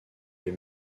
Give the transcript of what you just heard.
les